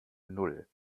null